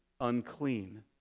unclean